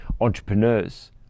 entrepreneurs